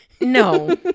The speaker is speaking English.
No